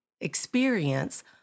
experience